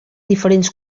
diferents